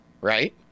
right